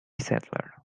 settler